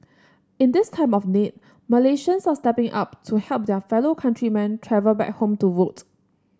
in this time of need Malaysians are stepping up to help their fellow countrymen travel back home to vote